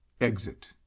exit